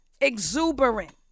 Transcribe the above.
exuberant